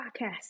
podcast